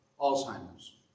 Alzheimer's